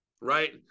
Right